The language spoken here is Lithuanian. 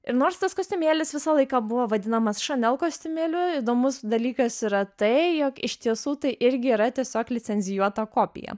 ir nors tas kostiumėlis visą laiką buvo vadinamas šanel kostiumėliu įdomus dalykas yra tai jog iš tiesų tai irgi yra tiesiog licencijuota kopija